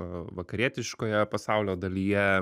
vakarietiškoje pasaulio dalyje